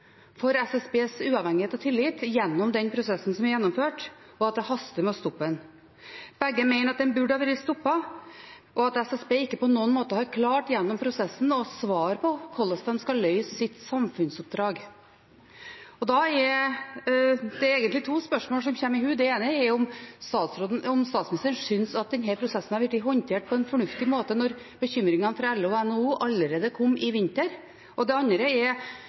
for SSBs uavhengighet og tillit gjennom den prosessen som er gjennomført, og at det haster med å stoppe den. Begge mener at den burde ha vært stoppet, og at SSB ikke på noen måte har klart gjennom prosessen å svare på hvordan de skal løse sitt samfunnsoppdrag. Da er det egentlig to spørsmål som kommer en i hu. Det ene er om statsministeren synes at denne prosessen har vært håndtert på en fornuftig måte når bekymringen fra LO og NHO kom allerede i vinter. Det andre er: